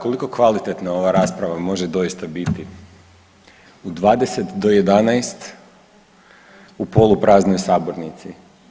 Koliko kvalitetno ova rasprava može doista biti u 20 do 11 u polupraznoj sabornici?